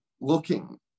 looking